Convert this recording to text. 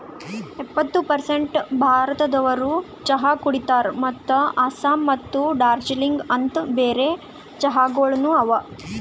ಎಪ್ಪತ್ತು ಪರ್ಸೇಂಟ್ ಭಾರತದೋರು ಚಹಾ ಕುಡಿತಾರ್ ಮತ್ತ ಆಸ್ಸಾಂ ಮತ್ತ ದಾರ್ಜಿಲಿಂಗ ಅಂತ್ ಬೇರೆ ಚಹಾಗೊಳನು ಅವಾ